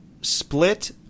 split